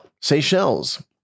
Seychelles